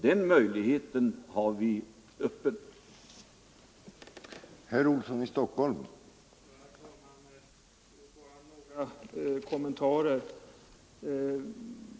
Den möjligheten håller vi öppen.